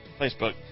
Facebook